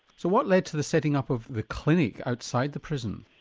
so what led to the setting up of the clinic outside the prison?